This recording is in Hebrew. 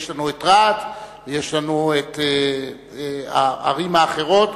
ויש לנו את רהט ויש לנו את הערים האחרות,